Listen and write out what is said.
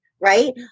right